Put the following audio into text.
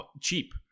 Cheap